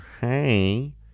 hey